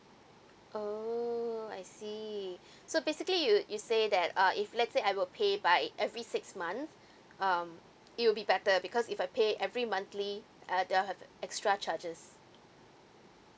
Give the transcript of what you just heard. oo I see so basically you you say that uh if let say I would pay by every six month um it will be better because if I pay every monthly uh there'll have extra charges